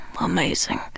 amazing